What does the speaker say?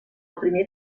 primer